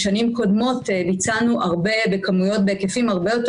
בשנים קודמות ביצענו בהיקפים הרבה יותר